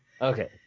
Okay